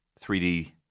3D